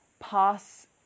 pass